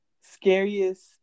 scariest